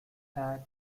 hair